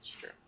Sure